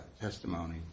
testimony